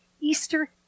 Easter